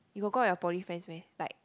you got go out with your poly friends meh like